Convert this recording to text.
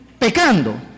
pecando